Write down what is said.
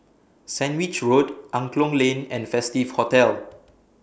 Sandwich Road Angklong Lane and Festive Hotel